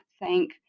thank